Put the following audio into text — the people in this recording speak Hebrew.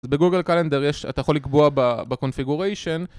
בגוגל קלנדר יש... אתה יכול לקבוע בקונפיגוריישן